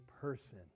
person